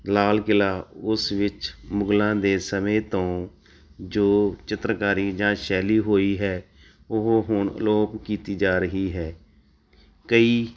ਲਾਲ ਕਿਲ੍ਹਾ ਉਸ ਵਿੱਚ ਮੁਗਲਾਂ ਦੇ ਸਮੇਂ ਤੋਂ ਜੋ ਚਿੱਤਰਕਾਰੀ ਜਾਂ ਸ਼ੈਲੀ ਹੋਈ ਹੈ ਉਹ ਹੁਣ ਅਲੋਪ ਕੀਤੀ ਜਾ ਰਹੀ ਹੈ ਕਈ